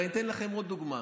אני אתן לכם עוד דוגמה.